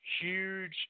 huge